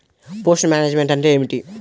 Pest management అంటే ఏమిటి?